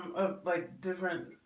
um like different.